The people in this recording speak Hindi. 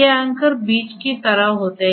ये एंकर बीज की तरह होते हैं